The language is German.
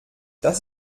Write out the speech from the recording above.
das